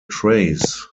trace